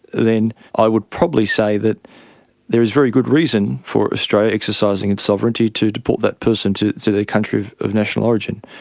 then i would probably say that there is very good reason for australia exercising its sovereignty to deport that person to to their country of national origin.